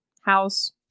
house